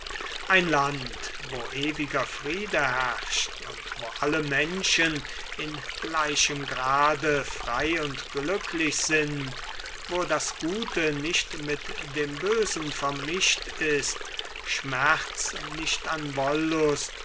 ein land wo ewiger friede herrscht und wo alle menschen in gleichem grade frei und glücklich sind wo das gute nicht mit dem bösen vermischt ist schmerz nicht an